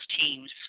teams